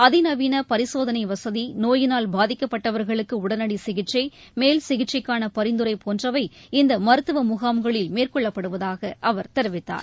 அதிநவீன பரிசோதனை வசதி நோயினால் பாதிக்கப்பட்டவர்களுக்கு உடனடி சிகிச்சை மேல் சிகிச்சைக்கான பரிந்துரை போன்றவை இந்த மருத்துவ முகாம்களில் மேற்கொள்ளப்படுவதாக அவர் தெரிவித்தார்